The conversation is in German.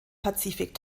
pazifik